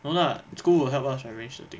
no lah school will help us arranged the thing